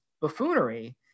buffoonery